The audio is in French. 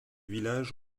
village